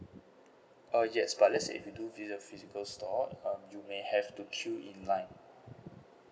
uh yes but let's say if you do visit a physical store um you may have to queue in line